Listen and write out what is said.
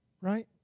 right